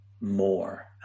more